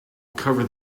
cover